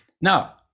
Now